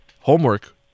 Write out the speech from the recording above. Homework